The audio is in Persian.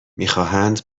میخواهند